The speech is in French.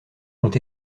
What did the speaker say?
ont